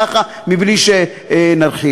ככה, בלי שנרחיב.